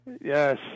Yes